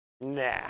nah